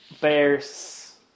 Bears